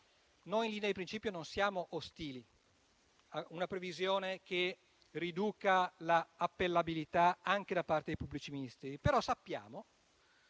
noi in linea di principio non siamo ostili a una previsione che riduca l'appellabilità anche da parte dei pubblici ministeri. Sappiamo